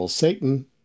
Satan